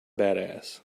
badass